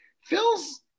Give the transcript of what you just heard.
Phil's